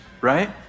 right